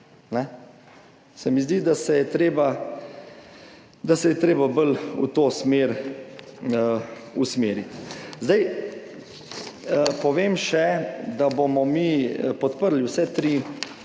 Se mi zdi, da se je treba bolj v to smer usmeriti. Zdaj povem še, da bomo mi podprli vse tri